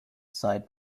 side